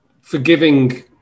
forgiving